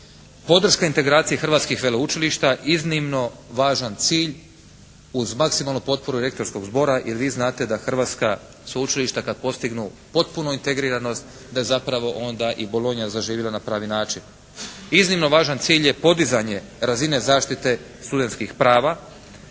Podrška integracije hrvatskih veleučilišta iznimno važan cilj uz maksimalnu potporu rektorskog zbora, jer vi znate da hrvatska sveučilišta kad postignu potpunu integriranost da je zapravo onda i Bologna zaživila na pravi način. Iznimno važan cilj je podizanje razine zaštite studentskih prava,